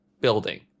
building